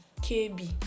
KB